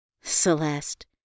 Celeste